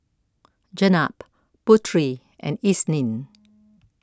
Jenab Putri and Isnin